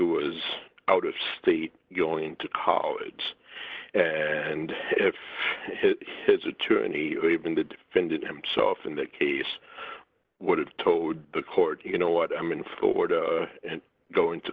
was out of state going to college and if his attorney or even the defendant himself in that case would have told the court you know what i'm in florida